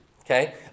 okay